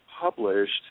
published